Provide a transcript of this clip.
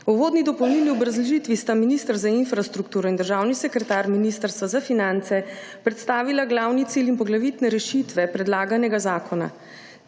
V uvodni dopolnilni obrazložitvi sta minister za infrastrukturo in državni sekretar Ministrstva za finance predstavila glavni cilj in poglavitne rešitve predlaganega zakona.